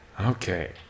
Okay